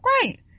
Great